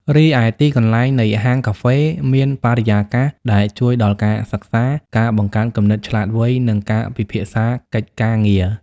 រីឯទីកន្លែងនៃហាងការហ្វេមានបរិយាកាសដែលជួយដល់ការសិក្សា ការបង្កើតគំនិតឆ្លាតវៃ និងការពិភាក្សាកិច្ចការងារ។